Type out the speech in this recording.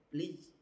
Please